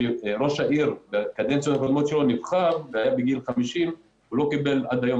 כשראש העיר בקדנציות קודמות שלו נבחר והיה בגיל 50 הוא לא קיבל עד היום